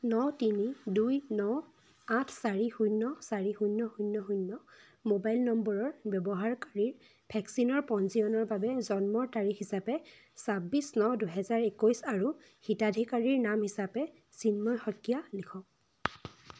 ন তিনি দুই ন আঠ চাৰি শূন্য চাৰি শূন্য শূন্য শূন্য মোবাইল নম্বৰৰ ব্যৱহাৰকাৰীৰ ভেকচিনৰ পঞ্জীয়নৰ বাবে জন্মৰ তাৰিখ হিচাপে ছাব্বিছ ন দুহেজাৰ একৈছ আৰু হিতাধিকাৰীৰ নাম হিচাপে চিন্ময় শইকীয়া লিখক